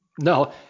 No